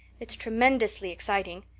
it's tremendously exciting.